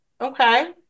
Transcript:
okay